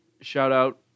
shout-out